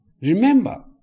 Remember